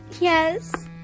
Yes